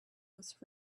was